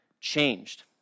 changed